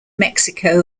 mexico